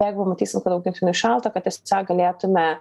jeigu matysim kad augintiniui šalta kad tiesiog galėtume